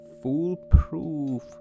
Foolproof